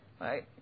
Right